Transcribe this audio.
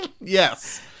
Yes